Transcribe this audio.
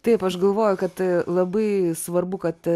taip aš galvoju kad a labai svarbu kad